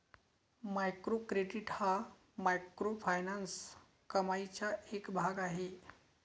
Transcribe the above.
micro credit हा microfinance कमाईचा एक भाग आहे